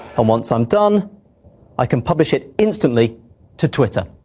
and once i'm done i can publish it instantly to twitter.